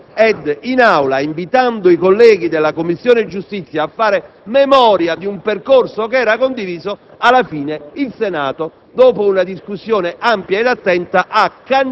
Quando abbiamo iniziato l'esame della finanziaria in Commissione giustizia su un punto siamo stati tutti d'accordo, maggioranza